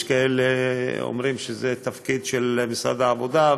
יש כאלה אומרים שזה תפקיד של משרד העבודה,